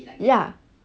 ya